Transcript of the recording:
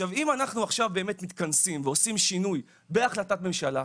אם אנחנו מתכנסים עכשיו ועושים שינוי בהחלטת ממשלה,